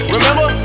Remember